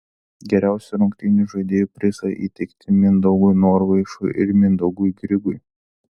geriausių rungtynių žaidėjų prizai įteikti mindaugui norvaišui ir mindaugui grigui